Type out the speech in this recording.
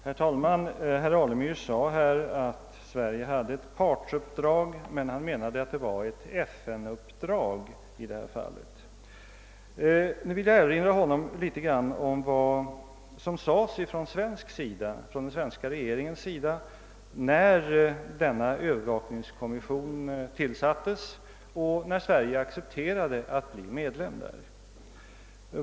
Herr talman! Herr Alemyr sade att Sverige hade ett partsuppdrag, men han menade att det var ett FN-uppdrag i detta fall. Nu vill jag erinra honom om vad den svenska regeringen sade när övervakningskommissionen tillsattes och när Sverige accepterade att bli medlem där.